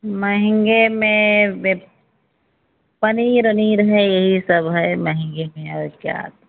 महँगे में पनीर ओनीर है यही सब है महँगे में और क्या